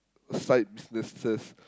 side businesses